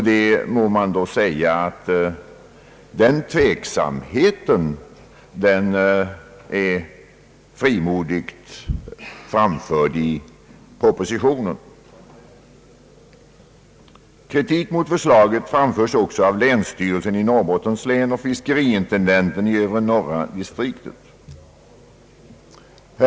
Man må kunna säga att den tveksamheten är frimodigt framförd i propositionen. Kritik mot förslaget framförs också av länsstyrelsen i Norrbottens län och fiskeriintendenten i Övre norra distriktet.